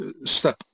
step